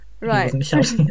Right